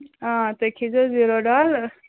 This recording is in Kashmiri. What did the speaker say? آ تُہۍ کھیٚے زیٚو زِیٖروٗ ڈال